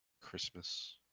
Christmas